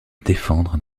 défendre